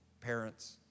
parents